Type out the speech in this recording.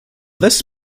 this